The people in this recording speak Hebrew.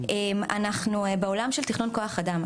אנחנו בעולם של תכנון כוח אדם,